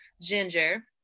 Ginger